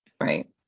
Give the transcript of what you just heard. Right